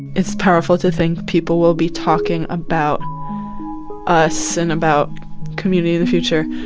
it's powerful to think people will be talking about us and about community in the future,